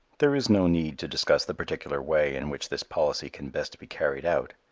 there is no need to discuss the particular way in which this policy can best be carried out.